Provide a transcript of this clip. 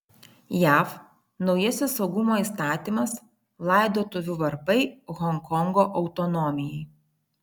jav naujasis saugumo įstatymas laidotuvių varpai honkongo autonomijai